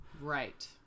Right